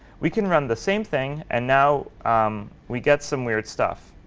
we can run the same thing, and now um we get some weird stuff.